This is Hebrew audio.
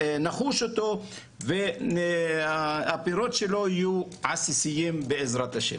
שנחוש ופירותיו יהיו עסיסיים, בעזרת-השם.